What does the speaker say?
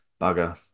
Bugger